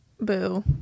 Boo